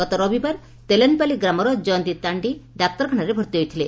ଗତ ରବିବାର ତେଲେନପାଲି ଗ୍ରାମର ଜୟନ୍ତୀ ତାଣ୍ ି ଡାକ୍ତରଖାନାରେ ଭର୍ଭି ହୋଇଥିଲେ